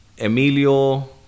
Emilio